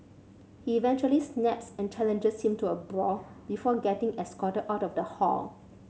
he eventually snaps and challenges him to a brawl before getting escorted out of the hall